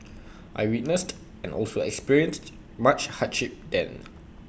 I witnessed and also experienced much hardship then